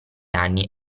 anni